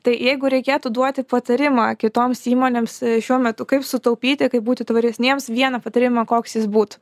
tai jeigu reikėtų duoti patarimą kitoms įmonėms šiuo metu kaip sutaupyti kaip būti tvaresniems vieną patarimą koks jis būtų